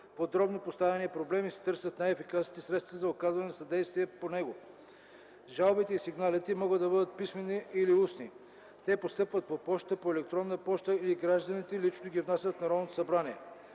подробно поставения проблем и се търсят най-ефикасните средства за оказване на съдействие по него. Жалбите и сигналите могат да бъдат писмени или устни. Те постъпват по пощата, по електронната поща или гражданите лично ги внасят в Народното събрание.